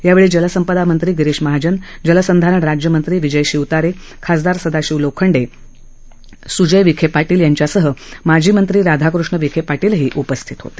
यावेळी जलसंपदा मंत्री गिरीश महाजन जलसंधारण राज्यमंत्री विजय शिवतारे खासदार सदाशिव लोखंडे सूजय विखेपाटील यांच्यासह माजी मंत्री राधाकृष्ण विखे पाटीलही उपस्थित होते